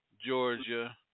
Georgia